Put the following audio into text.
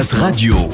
Radio